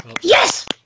Yes